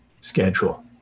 schedule